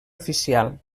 oficial